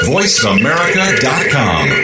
VoiceAmerica.com